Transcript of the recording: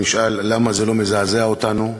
ונשאל למה זה לא מזעזע אותנו.